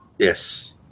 Yes